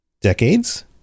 decades